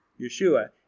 Yeshua